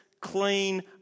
clean